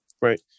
right